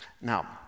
Now